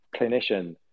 clinician